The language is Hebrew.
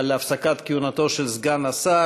על הפסקת כהונתו של סגן השר,